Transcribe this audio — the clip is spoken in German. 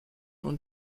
und